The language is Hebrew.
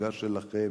המפלגה שלכם,